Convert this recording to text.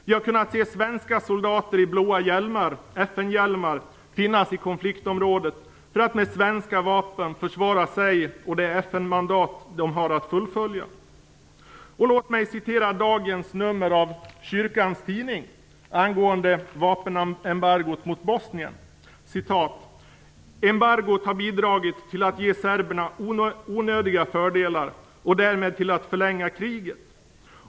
Vi har kunnat se svenska soldater i blåa hjälmar, FN-hjälmar, finnas i konfliktområdet, för att med svenska vapen försvara sig och det FN-mandat de har att fullfölja. Låt mig citera dagens nummer av kyrkans tidning angående vapenembargot mot Bosnien: "Embargot har bidragit till att ge serberna onödiga fördelar och därmed till att förlänga kriget.